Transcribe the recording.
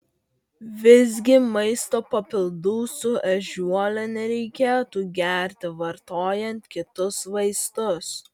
visgi maisto papildų su ežiuole nereikėtų gerti vartojant kitus vaistus